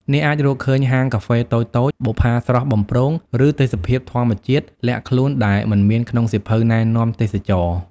អ្នកអាចរកឃើញហាងកាហ្វេតូចៗ បុប្ផាស្រស់បំព្រង ឬទេសភាពធម្មជាតិលាក់ខ្លួនដែលមិនមានក្នុងសៀវភៅណែនាំទេសចរណ៍។